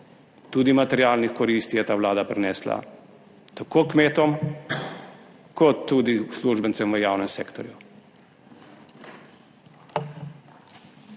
tudi materialnih koristi je ta vlada prinesla tako kmetom kot tudi uslužbencem v javnem sektorju.